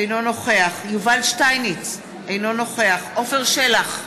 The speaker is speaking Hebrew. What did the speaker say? אינו נוכח יובל שטייניץ אינו נוכח עפר שלח,